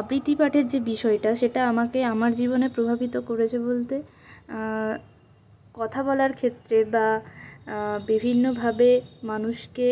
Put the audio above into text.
আবৃতি পাঠের যে বিষয়টা সেটা আমাকে আমার জীবনে প্রভাবিত করেছে বলতে কথা বলার ক্ষেত্রে বা বিভিন্নভাবে মানুষকে